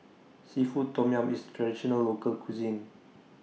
Seafood Tom Yum IS Traditional Local Cuisine